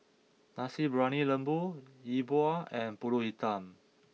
Nasi Briyani Lembu Yi Bua and Pulut Hitam